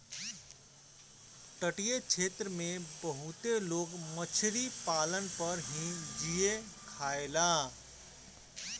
तटीय क्षेत्र में बहुते लोग मछरी पालन पर ही जिए खायेला